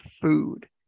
food